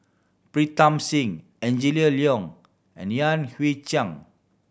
Pritam Singh Angela Liong and Yan Hui Chang